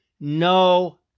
No